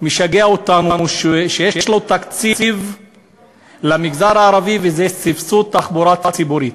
משגע אותנו שיש לו תקציב למגזר הערבי לסבסוד תחבורה ציבורית.